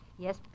Yes